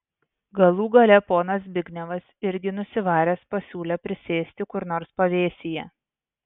galų gale ponas zbignevas irgi nusivaręs pasiūlė prisėsti kur nors pavėsyje